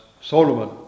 Solomon